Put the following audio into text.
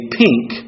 pink